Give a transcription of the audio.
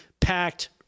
packed